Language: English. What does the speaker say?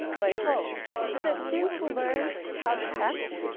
my hope is that students will learn how text,